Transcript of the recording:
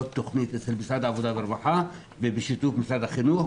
תוכנית במשרד העבודה והרווחה ובשיתוף משרד החינוך